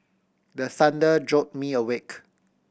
the thunder jolt me awake